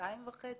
כשנתיים וחצי,